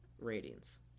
ratings